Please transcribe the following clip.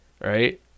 right